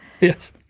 Yes